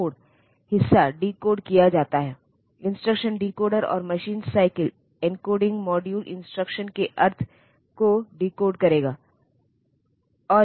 और इंस्ट्रक्शन के ऑपरेंड के आधार पर इंस्ट्रक्शन बदल सकते हैं